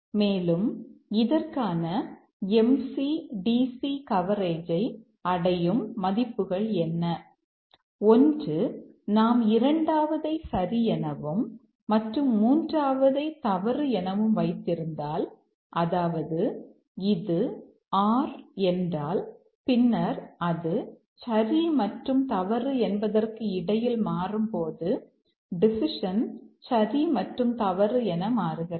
மேலும் இதற்கான MC DC கவரேஜை அடையும் மதிப்புகள் என்ன ஒன்று நாம் இரண்டாவதை சரி எனவும் மற்றும் மூன்றாவதை தவறு எனவும் வைத்திருந்தால் அதாவது இது || என்றால் பின்னர் அது சரி மற்றும் தவறு என்பதற்கு இடையில் மாறும்போது டெசிஷன் சரி மற்றும் தவறு என மாறுகிறது